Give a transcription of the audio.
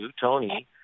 Tony